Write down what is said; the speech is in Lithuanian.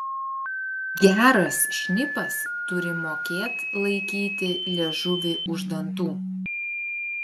geras šnipas turi mokėt laikyti liežuvį už dantų